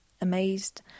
amazed